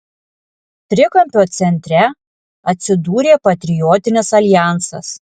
trikampio centre atsidūrė patriotinis aljansas